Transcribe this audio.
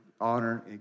honor